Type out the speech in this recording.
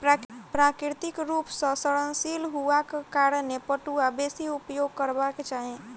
प्राकृतिक रूप सॅ सड़नशील हुअक कारणें पटुआ बेसी उपयोग करबाक चाही